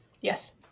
yes